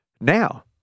now